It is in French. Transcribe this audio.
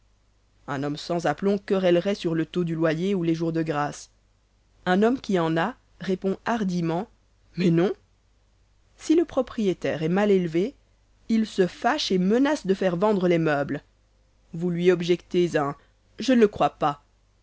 un homme sans aplomb querellerait sur le taux du loyer ou les jours de grâce un homme qui en a répond hardiment mais non si le propriétaire est mal élevé il se fâche et menace de faire vendre les meubles vous lui objectez un je ne le crois pas